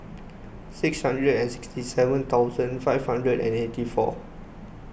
six hundred and sixty seven thousand five hundred and eighty four